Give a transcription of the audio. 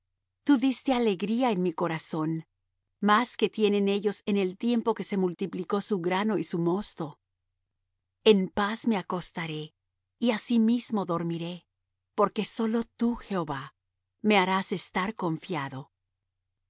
tú diste alegría en mi corazón más que tienen ellos en el tiempo que se multiplicó su grano y su mosto en paz me acostaré y asimismo dormiré porque solo tú jehová me harás estar confiado